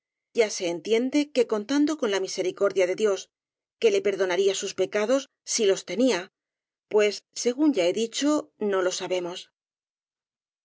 ya se entiende que con tando con la misericordia de dios que le perdo naría sus pecados si los tenía pues según ya he dicho no lo sabemos